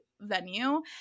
venue